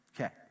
Okay